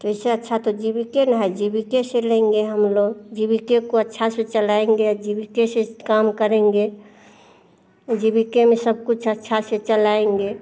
इससे अच्छा तो जीविका न हैं जीविका से लेंगे हम लोग जीविका को अच्छा से चलाएंगे और जीविका से काम करेंगे और जीविका में सब कुछ अच्छा से चलाएंगे